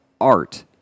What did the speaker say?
art